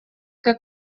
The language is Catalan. que